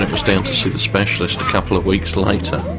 it was down to see the specialist a couple of weeks later